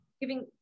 giving